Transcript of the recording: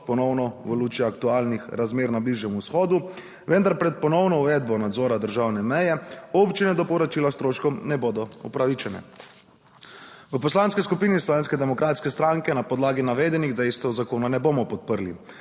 ponovno v luči aktualnih razmer na Bližnjem vzhodu, vendar pred ponovno uvedbo nadzora državne meje občine do povračila stroškov ne bodo upravičene. V Poslanski skupini Slovenske demokratske stranke na podlagi navedenih dejstev zakona ne bomo podprli.